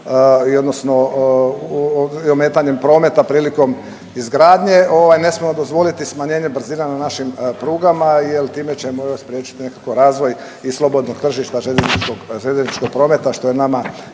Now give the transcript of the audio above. i ometanjem prometa prilikom izgradnje ovaj ne smijemo dozvoliti smanjenje brzina na našim prugama jer time ćemo još spriječiti nekako razvoj i slobodnog tržišta željezničkog, željezničkog prometa što je nama